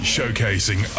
Showcasing